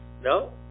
No